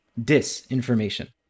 disinformation